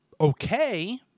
okay